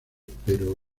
pero